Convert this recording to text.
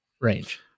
range